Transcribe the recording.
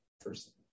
first